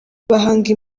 bahanga